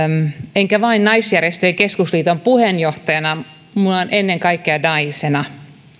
enkä vain naisjärjestöjen keskusliiton puheenjohtajana vaan ennen kaikkea naisena